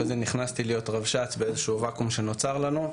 אחרי זה נכנסתי להיות רבש"ץ באיזשהו ואקום שנוצר לנו.